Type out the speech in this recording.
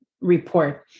Report